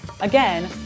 Again